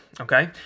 okay